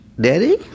Daddy